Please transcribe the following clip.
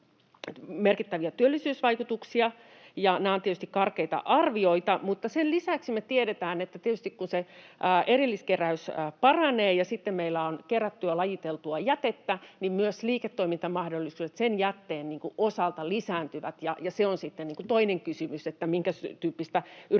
työllisyysvaikutuksia. Nämä ovat tietysti karkeita arvioita. Mutta sen lisäksi me tiedetään, että tietysti kun se erilliskeräys paranee ja sitten meillä on kerättyä, lajiteltua jätettä, niin myös liiketoimintamahdollisuudet sen jätteen osalta lisääntyvät. Se on sitten toinen kysymys, minkä tyyppistä yritystoimintaa